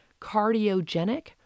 cardiogenic